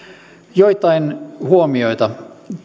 joitain huomioita